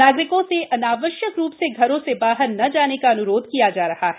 नागरिकों से अनावश्यक रू से घरों से बाहर न जाने का अन्रोध किया जा रहा है